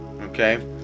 okay